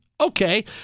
Okay